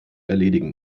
erledigen